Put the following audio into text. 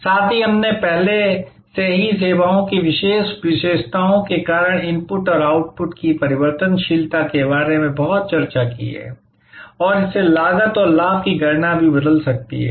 साथ ही हमने पहले से ही सेवाओं की विशेष विशेषताओं के कारण इनपुट और आउटपुट की परिवर्तनशीलता के बारे में बहुत चर्चा की है और इससे लागत और लाभ की गणना भी बदल सकती है